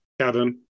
Kevin